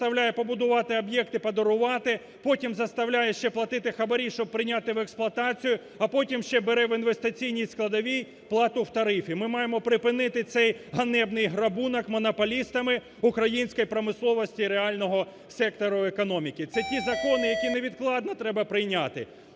заставляє побудувати об'єкти, подарувати, потім заставляє ще платити хабарі, щоб прийняти в експлуатацію, а потім ще бере в інвестиційній складовій плату в тарифі. Ми маємо припинити цей ганебний грабунок монополістами українську промисловість і реального сектору економіки. Це ті закони, які невідкладно треба прийняти,